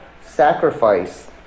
sacrifice